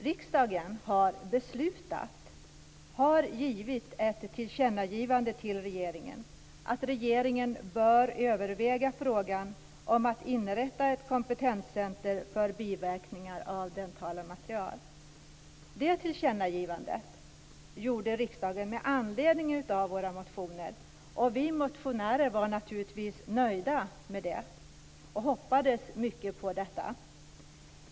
Riksdagen har gjort ett tillkännagivande till regeringen om att regeringen bör överväga frågan om att inrätta ett kompetenscenter för biverkningar av dentala material. Det tillkännagivandet gjorde riksdagen med anledning av våra motioner. Vi motionärer var naturligtvis nöjda med det och hoppades mycket på detta.